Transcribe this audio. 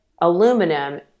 Aluminum